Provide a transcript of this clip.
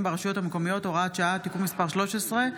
ברשויות המקומיות (הוראת שעה) (תיקון מס' 13),